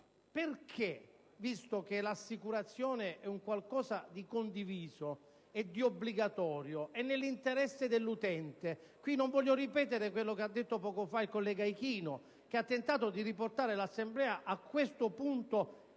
perché, visto che l'assicurazione è una previsione condivisa e obbligatoria nell'interesse dell'utente? Non voglio ripetere quello che ha detto poco fa il collega Ichino tentando di riportare l'Assemblea a questo punto, veramente